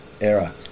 era